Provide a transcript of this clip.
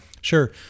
Sure